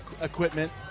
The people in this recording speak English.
Equipment